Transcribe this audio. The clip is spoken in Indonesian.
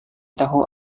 tahu